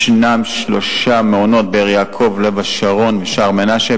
ישנם שלושה מעונות: באר-יעקב, לב-השרון ושער-מנשה.